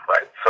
Right